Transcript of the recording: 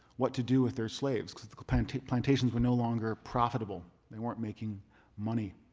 what to do with their slaves because the plantations were no longer profitable, they weren't making money.